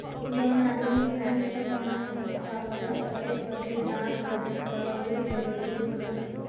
जौन आदमी बैंक तक ना पहुंच पावला ओकरे बदे डाक बैंक बहुत जरूरी होला